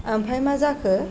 ओमफ्राय मा जाखो